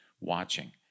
watching